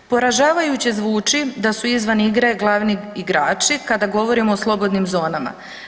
Poražavajuće zvuči da su izvan igre glavni igrači, kada govorimo o slobodnim zonama.